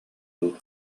дуу